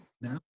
now